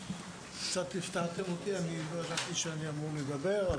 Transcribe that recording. קצת הפתעתם אותי, לא ידעתי שאני אמור לדבר.